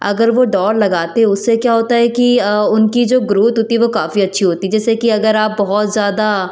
अगर वो दौड़ लगाते उससे क्या होता है कि उनकी जो ग्रोथ होती है वो काफ़ी अच्छी होती है जैसे कि अगर आप बहुत ज़्यादा